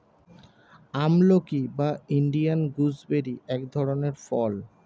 আমলকি বা Indian gooseberry এক ধরনের ফল